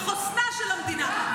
בחוסנה של המדינה,